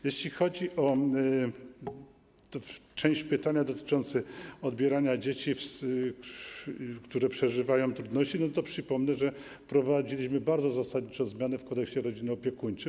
Jeśli chodzi o część pytania dotyczącą odbierania dzieci, które przeżywają trudności, to przypomnę, że wprowadziliśmy bardzo zasadnicze zmiany w Kodeksie rodzinnym i opiekuńczym.